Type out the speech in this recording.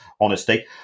honesty